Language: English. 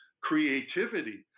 creativity